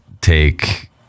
take